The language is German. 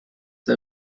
der